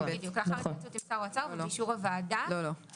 לאחר התייעצות עם שר האוצר ובאישור ועדת העבודה והרווחה של הכנסת,